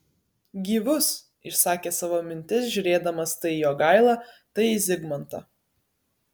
gyvus išsakė savo mintis žiūrėdamas tai į jogailą tai į zigmantą